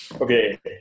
Okay